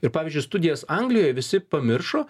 ir pavyzdžiui studijas anglijoj visi pamiršo